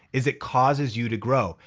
is it causes you to grow.